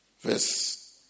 Verse